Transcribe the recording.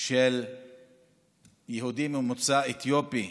של יהודי ממוצא אתיופי